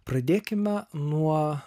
pradėkime nuo